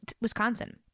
Wisconsin